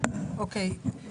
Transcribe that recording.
אני